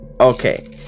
Okay